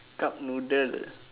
cup noodle